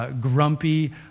grumpy